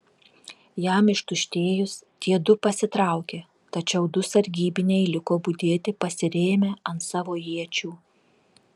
jam ištuštėjus tie du pasitraukė tačiau du sargybiniai liko budėti pasirėmę ant savo iečių